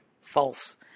false